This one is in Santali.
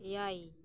ᱮᱭᱟᱭ